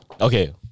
Okay